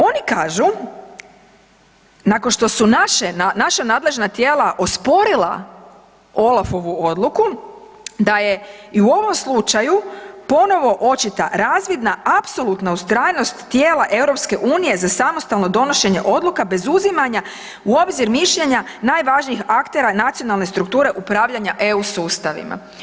Oni kažu, nakon što su naša nadležna tijela osporila OLAF-ovu odluku da je i u ovom slučaju ponovo očita razvidna apsolutna ustrajnost tijela EU za samostalno donošenje odluka bez uzimanja u obzir mišljenja najvažnijih aktera nacionalne strukture upravljanja eu sustavima.